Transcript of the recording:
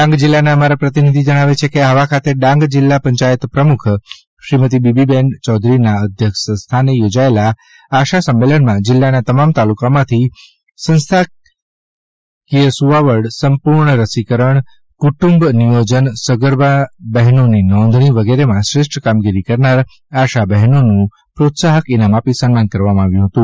ડાંગ જિલ્લાના અમારા પ્રતિનિધિ જણાવે છે કે આહવા ખાતે ડાંગ જિલ્લા પંચાયત પ્રમુખ શ્રીમતી બીબીબેન યૌધરીના અધ્યક્ષસ્થાને યોજાયેલા આશા સંમેલનમાં જિલ્લાના તમામ તાલુકામાંથી સંસ્થાકીય સુવાવડ સંપૂર્ણ રસીકરણ કુટુંબ નિયોજન સગર્ભાની બહેનોની નોંધણી વગેરેમાં શ્રેષ્ઠ કામગીરી કરનાર આશા બહેનોનું પ્રોત્સાહક ઇનામ આપી સન્માન કરવામાં આવ્યું હતું